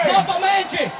Novamente